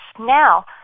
Now